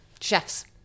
chefs